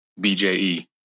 BJE